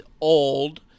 old